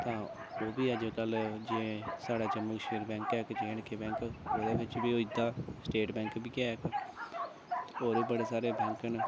ओह् बी साढै जम्मू कश्मीर बैंक ऐ स्टेट बैंक बी ऐ ओह् बी होई जंदा होर बी बड़े सारे बैंक न